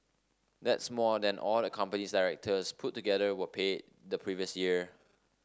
that's more than all the company's directors put together were paid the previous year